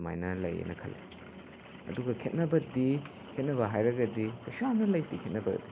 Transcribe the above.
ꯑꯗꯨꯃꯥꯏꯅ ꯂꯩꯌꯦꯅ ꯈꯜꯂꯦ ꯑꯗꯨꯒ ꯈꯦꯠꯅꯕꯗꯤ ꯈꯦꯠꯅꯕ ꯍꯥꯏꯔꯒꯗꯤ ꯀꯩꯁꯨ ꯌꯥꯝꯅ ꯂꯩꯇꯦ ꯈꯦꯠꯅꯕꯗꯗꯤ